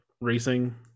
racing